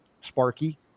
Sparky